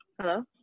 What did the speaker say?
Hello